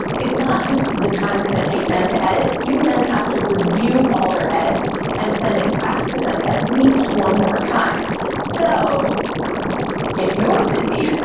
it's not just the time it's gonna take them to edit. you then have to review all their edits and send it back to them at least one more time so if you're busy,